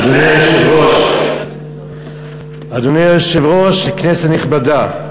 אדוני היושב-ראש, כנסת נכבדה,